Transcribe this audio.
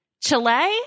Chile